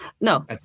no